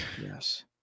Yes